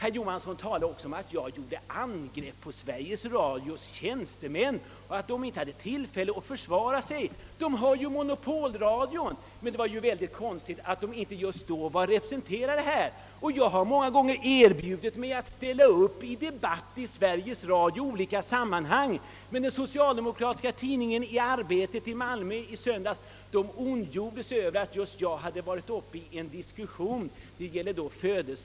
Herr Johansson sade också att jag angripit Sveriges Radios tjänstemän och att de inte hade tillfälle att försvara sig -— men vi har ju monopolradion som brukar vara representerad på läktaren för att göra kommentarer från riksdagsarbetet. Jag har även många gånger erbjudit mig att ställa upp i debatter i radio, och senast i söndags ondgjorde sig den socialdemokratiska tidningen Arbetet i Malmö över att jag deltagit i en diskussion om födelsekontroll i u-länder.